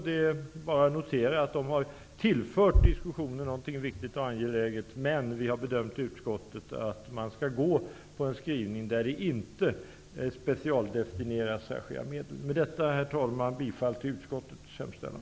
Det är bara att notera att socialdemokraterna har tillfört någonting som är viktigt och angeläget, men vi i utskottet har bedömt att man skall gå in för en skrivning där det inte specialdestineras särskilda medel. Herr talman! Jag yrkar bifall till utskottets hemställan.